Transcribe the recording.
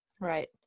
right